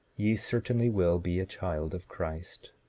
ye certainly will be a child of christ.